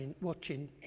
watching